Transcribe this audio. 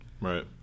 Right